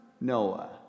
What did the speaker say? Noah